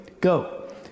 Go